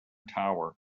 tower